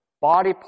body